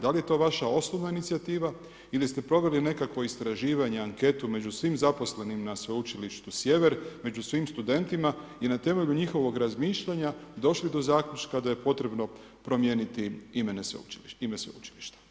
Da li je to vaša osnovna inicijativa ili ste proveli nekakvo istraživanje, anketu među svim zaposlenim na Sveučilištu Sjever, među svim studentima i na temelju njihovog razmišljanja došli do zaključka da je potrebno promijeniti ime sveučilišta?